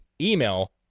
email